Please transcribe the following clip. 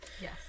yes